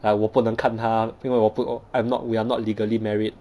like 我不能看他因为我不 I'm not we're not legally married